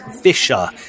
Fisher